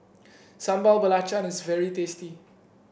Sambal Belacan is very tasty